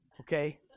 okay